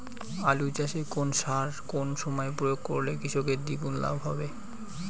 আলু চাষে কোন সার কোন সময়ে প্রয়োগ করলে কৃষকের দ্বিগুণ লাভ হবে?